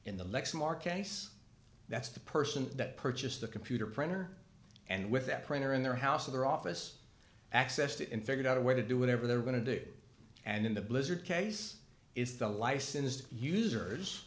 lexmark case that's the person that purchased the computer printer and with that printer in their house or their office accessed it in figured out a way to do whatever they were going to do and in the blizzard case is the licensed users